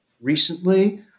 recently